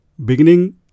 Beginning